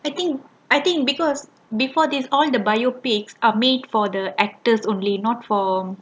I think I think because before this all the biopic are made for the actors only not for